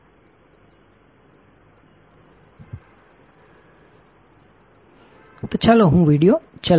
તો ચાલો હું વિડિઓ ચલાવો